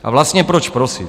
A vlastně proč prosit?